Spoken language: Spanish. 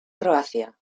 croacia